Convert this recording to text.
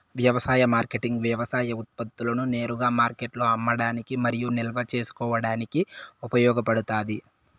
వ్యవసాయ మార్కెటింగ్ వ్యవసాయ ఉత్పత్తులను నేరుగా మార్కెట్లో అమ్మడానికి మరియు నిల్వ చేసుకోవడానికి ఉపయోగపడుతాది